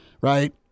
right